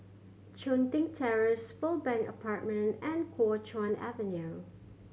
Chun Tin Terrace Pearl Bank Apartment and Kuo Chuan Avenue